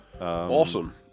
Awesome